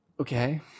Okay